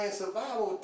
survival